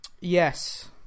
Yes